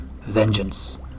Vengeance